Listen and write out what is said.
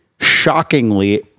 shockingly